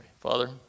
Father